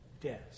death